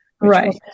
right